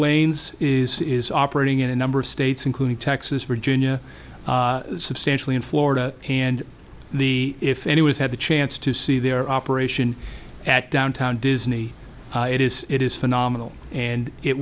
lanes is operating in a number of states including texas virginia substantially in florida and the if any was had the chance to see their operation at downtown disney it is it is phenomenal and it